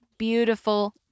Beautiful